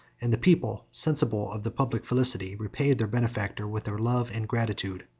and the people, sensible of the public felicity, repaid their benefactor with their love and gratitude.